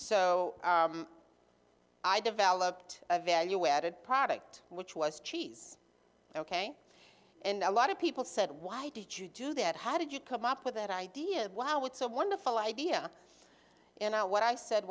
so i developed a value added product which was cheese ok and a lot of people said why did you do that how did you come up with that idea of wow what's a wonderful idea in what i said